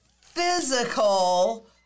physical